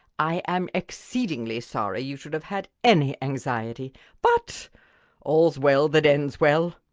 i am exceedingly sorry you should have had any anxiety but all's well that ends well!